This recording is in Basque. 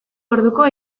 orduko